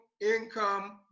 income